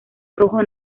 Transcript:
rojo